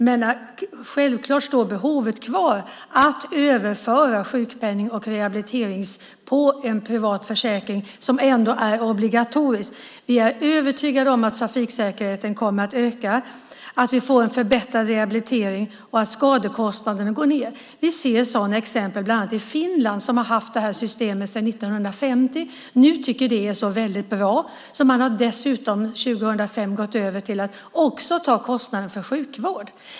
Men självklart står behovet kvar att överföra sjukpenning och rehabilitering på en privat försäkring som ändå är obligatorisk. Vi är övertygade om att trafiksäkerheten kommer att öka, att vi får en förbättrad rehabilitering och att skadekostnaden går ned. Vi ser sådana exempel bland annat i Finland som har haft det här systemet sedan 1950. Nu tycker de att det är så väldigt bra att man 2005 har gått över till att också ta kostnaden för sjukvård.